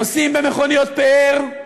נוסעים במכוניות פאר,